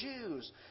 Jews